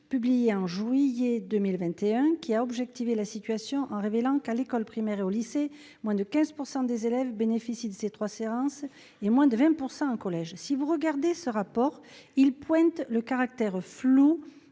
publié en juillet 2021 a objectivé la situation en révélant que, à l'école primaire et au lycée, moins de 15 % des élèves bénéficiaient de ces trois séances, et moins de 20 % au collège. Ce rapport pointe le caractère flou